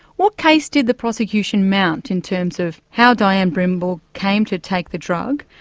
what case did the prosecution mount in terms of how dianne brimble came to take the drug,